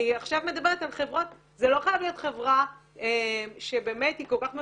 אני עכשיו מדברת על חברות זה לא חייבת להיות חברה שהיא כל כך מפורסמת.